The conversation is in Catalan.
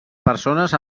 persones